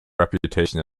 reputation